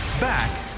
Back